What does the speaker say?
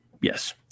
yes